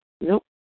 Nope